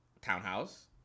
townhouse